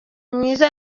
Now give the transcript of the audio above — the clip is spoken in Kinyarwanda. myiza